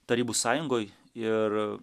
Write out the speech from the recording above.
tarybų sąjungoj ir